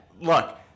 Look